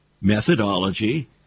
methodology